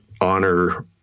honor